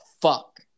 fuck